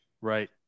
Right